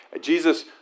Jesus